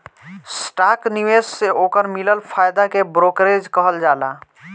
stock निवेश से ओकर मिलल फायदा के ब्रोकरेज कहल जाला